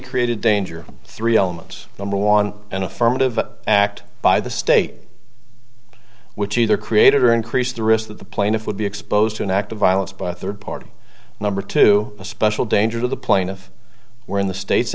created danger three elements number one an affirmative act by the state which either created or increased the risk that the plaintiff would be exposed to an act of violence by a third party number two a special danger to the plaintiff were in the state